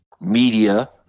media